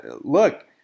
look